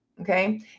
Okay